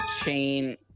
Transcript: chain